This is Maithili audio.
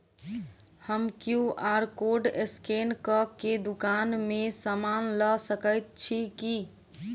हम क्यू.आर कोड स्कैन कऽ केँ दुकान मे समान लऽ सकैत छी की?